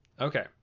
Okay